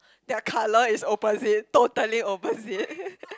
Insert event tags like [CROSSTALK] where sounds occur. their colour is opposite totally opposite [LAUGHS]